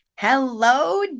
Hello